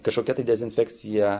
kažkokia tai dezinfekcija